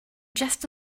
just